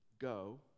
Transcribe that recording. Go